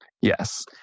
Yes